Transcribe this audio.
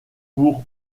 pour